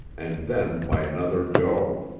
and then by another doe.